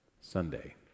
Sunday